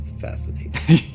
fascinating